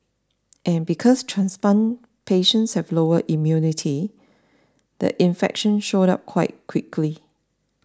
and because transplant patients have lower immunity the infection showed up quite quickly